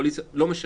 לא משנה.